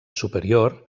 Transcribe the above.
superior